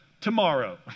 Tomorrow